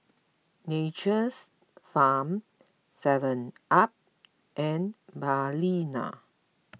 Nature's Farm SevenUp and Balina